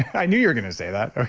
i knew you were going to say that.